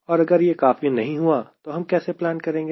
और अगर यह काफी नहीं हुआ तो हम कैसे प्लान करेंगे